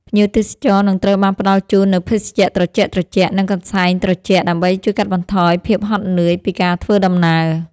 ភ្ញៀវទេសចរនឹងត្រូវបានផ្ដល់ជូននូវភេសជ្ជៈត្រជាក់ៗ និងកន្សែងត្រជាក់ ដើម្បីជួយកាត់បន្ថយភាពហត់នឿយពីការធ្វើដំណើរ។